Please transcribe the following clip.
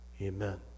Amen